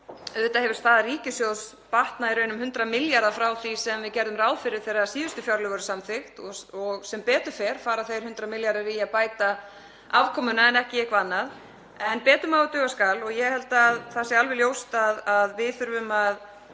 Auðvitað hefur staða ríkissjóðs batnað í raun um 100 milljarða frá því sem við gerðum ráð fyrir þegar síðustu fjárlög voru samþykkt og sem betur fer fara þeir 100 milljarðar í að bæta afkomuna en ekki í eitthvað annað. En betur má ef duga skal og ég held að það sé alveg ljóst að við þurfum að